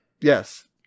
Yes